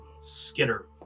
skitter